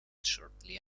shortly